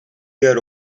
year